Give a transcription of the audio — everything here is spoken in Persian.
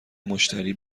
مشتری